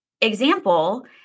example